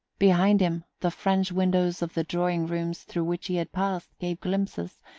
behind him, the french windows of the drawing-rooms through which he had passed gave glimpses,